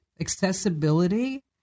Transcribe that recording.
accessibility